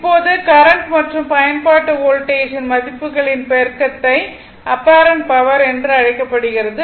இப்போது கரண்ட் மற்றும் பயன்பாட்டு வோல்டேஜின் rms மதிப்புகளின் பெருக்குத்தொகை அப்பேரன்ட் பவர் என்று அழைக்கப்படுகிறது